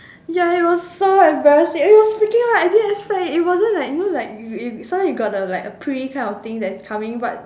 ya it was so embarrassing and it was freaking loud I didn't expect it it wasn't like you know like you you sometimes you got the pre kind of thing that is coming but